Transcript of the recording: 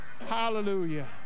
hallelujah